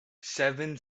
seven